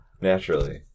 naturally